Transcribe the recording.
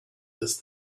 this